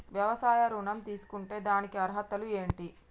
వ్యవసాయ ఋణం తీసుకుంటే దానికి అర్హతలు ఏంటి?